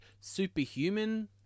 superhuman